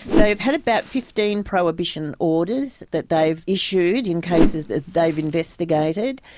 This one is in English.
they've had about fifteen prohibition orders that they've issued in cases that they've investigated.